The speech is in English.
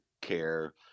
care